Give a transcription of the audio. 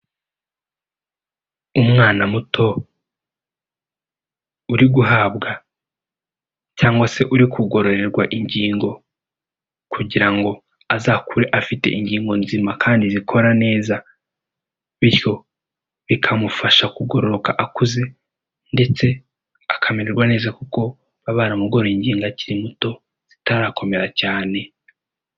Umwana muto uri guhabwa cyangwa se uri kugororerwa ingingo kugira ngo azakure afite ingingo nzima kandi zikora neza bityo bikamufasha kugororoka akuze ndetse akamererwa neza kuko baba baramugoye ingingo akiri muto zitarakomera cyane.